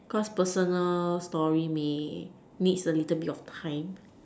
cause personal story may needs a little bit of time